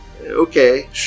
Okay